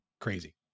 crazy